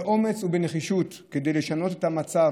באומץ ובנחישות, כדי לשנות את המצב.